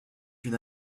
une